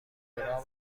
لورا